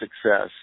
success